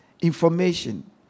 information